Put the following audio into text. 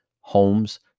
homes